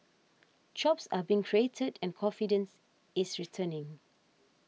jobs are being created and confidence is returning